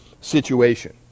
situation